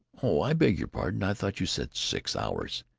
oh, i beg your pardon. i thought you said six hours.